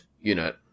unit